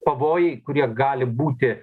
pavojai kurie gali būti